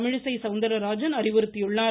தமிழிசை சவுந்தராஜன் அறிவுறுத்தியுள்ளார்